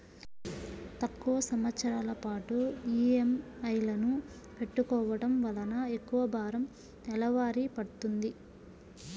తక్కువ సంవత్సరాల పాటు ఈఎంఐలను పెట్టుకోవడం వలన ఎక్కువ భారం నెలవారీ పడ్తుంది